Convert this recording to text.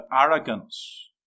arrogance